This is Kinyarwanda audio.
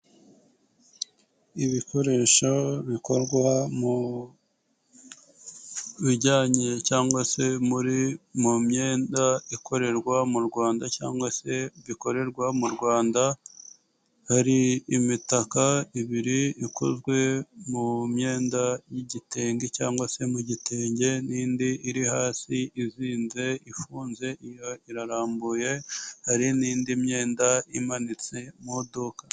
Ibikoresho bikorwa mu bijyanye cyangwa se mu myenda ikorerwa mu Rwanda cyangwa se bikorerwa mu Rwanda, hari imitaka ibiri ikozwe mu myenda y'igitenge cyangwa se mu gitenge, n'indi iri hasi izinze ifunze irarambuye, hari n'indi myenda imanitse mu iduka.